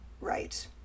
right